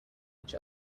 each